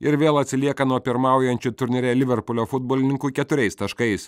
ir vėl atsilieka nuo pirmaujančių turnyre liverpulio futbolininkų keturiais taškais